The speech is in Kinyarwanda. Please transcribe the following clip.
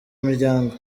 imiryango